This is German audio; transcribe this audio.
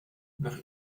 nach